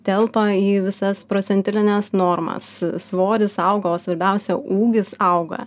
telpa į visas procentilines normas svoris auga o svarbiausia ūgis auga